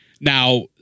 Now